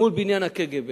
מול בניין הקג"ב